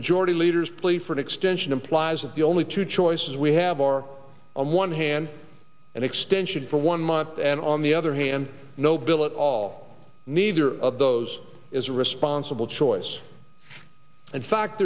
majority leader's plea for an extension implies that the only two choices we have are on one hand an extension for one month and on the other hand no bill it all neither of those is a responsible choice and fact